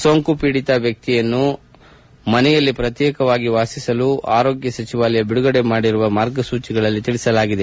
ಸೋಂಕು ಪೀಡಿತ ವ್ಯಕ್ಷಿಯನ್ನು ಮನೆಯಲ್ಲಿ ಪ್ರತ್ಯೇಕವಾಗಿ ವಾಸಿಸಬೇಕೆಂದು ಆರೋಗ್ಯ ಸಚಿವಾಲಯ ಬಿಡುಗಡೆ ಮಾಡಿರುವ ಮಾರ್ಗಸೂಚಿಗಳಲ್ಲಿ ತಿಳಿಸಲಾಗಿದೆ